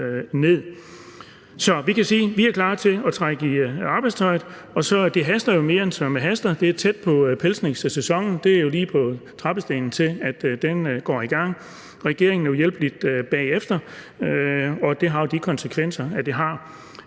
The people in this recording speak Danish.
vi er klar til at trække i arbejdstøjet. Det haster jo mere, end det jager, for det er tæt på pelsningssæsonen, for den er lige på nippet til at gå i gang, og regeringen er uhjælpeligt bagefter, og det har de konsekvenser, som det har.